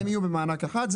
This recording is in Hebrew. הם יהיו במענק אחד,